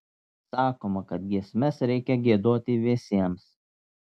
sakoma kad giesmes reikia giedoti visiems